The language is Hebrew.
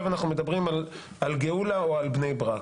אנחנו מדברים על גאולה או על בני ברק.